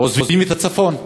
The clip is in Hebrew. עוזבים את הצפון,